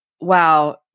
wow